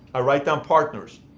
i write down partners.